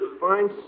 Fine